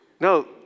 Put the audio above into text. No